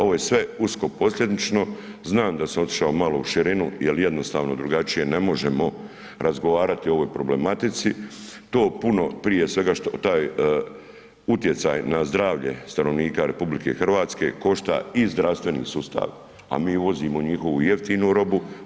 Ovo je sve usko posljedično, znam da sam otišao malo u širinu jer jednostavno drugačije ne možemo razgovarati o ovoj problematici, prije svega što taj utjecaj na zdravlje stanovnika RH košta i zdravstveni sustav, a mi uvozimo njihovu jeftinu robu.